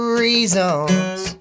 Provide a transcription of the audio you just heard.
reasons